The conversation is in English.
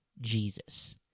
Jesus